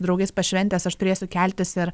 draugais pašventęs aš turėsiu keltis ir